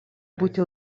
būti